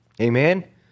Amen